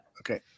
Okay